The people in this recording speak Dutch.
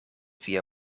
via